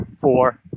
four